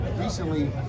recently